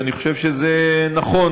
שאני חושב שזה נכון.